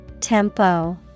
Tempo